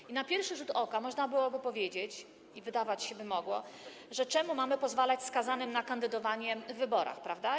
I na pierwszy rzut oka można byłoby powiedzieć i wydawać by się mogło, że czemu mamy pozwalać skazanym na kandydowanie w wyborach, prawda?